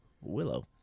Willow